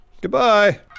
Goodbye